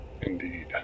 Indeed